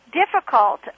difficult